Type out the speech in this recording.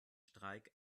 streik